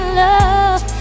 love